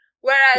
Whereas